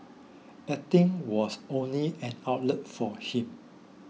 acting was an outlet for him